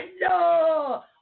no